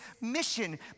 mission